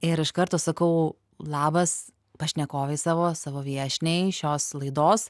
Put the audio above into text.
ir iš karto sakau labas pašnekovei savo savo viešniai šios laidos